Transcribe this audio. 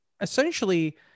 essentially